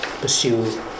pursue